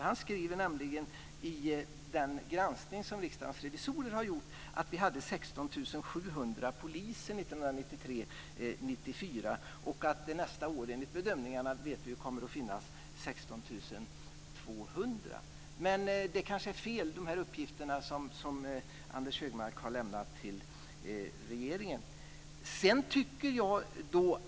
Han skriver nämligen i den granskning som Riksdagens revisorer har gjort att vi hade 16 700 poliser 1993/94 och att det nästa år enligt bedömningarna kommer att finnas 16 200. Men de uppgifter som Anders Högmark har lämnat till regeringen kanske är fel.